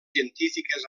científiques